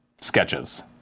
sketches